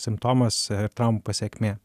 simptomas traumų pasekmė